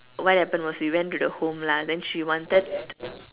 what happened was we went to the home lah then she wanted